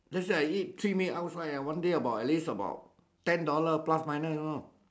let's say I eat three meal outside ah one day about at least about ten dollars plus minus you know